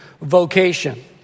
vocation